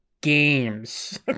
games